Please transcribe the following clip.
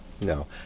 No